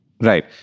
Right